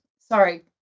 sorry